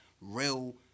real